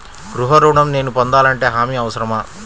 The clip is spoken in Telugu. గృహ ఋణం నేను పొందాలంటే హామీ అవసరమా?